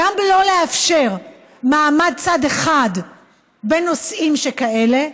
וגם לא לאפשר מעמד צד אחד בנושאים שכאלה.